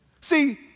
See